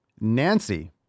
Nancy